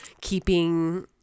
keeping